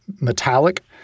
metallic